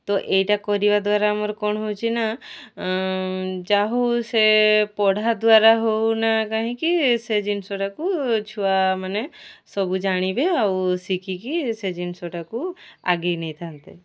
ତ ଏଇଟା କରିବା ଦ୍ୱାରା ଆମର କ'ଣ ହେଉଛି ନା ଯା ହେଉ ସେ ପଢ଼ା ଦ୍ୱାରା ହେଉ ନା କାହିଁକି ସେ ଜିନିଷଟାକୁ ଛୁଆମାନେ ସବୁ ଜାଣିବେ ଆଉ ଶିଖିକି ସେ ଜିନିଷଟାକୁ ଆଗେଇ ନେଇଥାନ୍ତେ